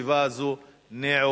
התשע"ב 2011,